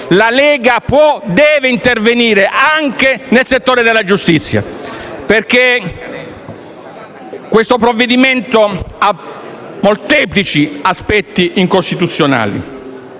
la Lega può e deve intervenire anche nel settore della giustizia, perché il provvedimento ha molteplici aspetti incostituzionali.